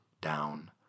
down